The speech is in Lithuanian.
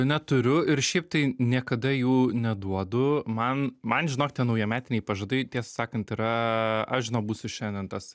neturiu ir šiaip tai niekada jų neduodu man man žinok tie naujametiniai pažadai tiesą sakant yra aš žinok būsiu šiandien tas